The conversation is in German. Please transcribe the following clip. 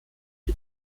die